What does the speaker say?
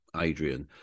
Adrian